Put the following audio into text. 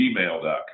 gmail.com